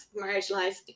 marginalized